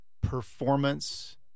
performance